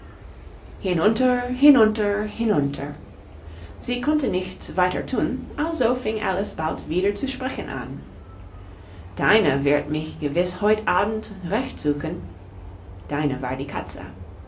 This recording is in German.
hinunter hinunter hinunter sie konnte nichts weiter thun also fing alice bald wieder zu sprechen an dinah wird mich gewiß heut abend recht suchen dinah war die katze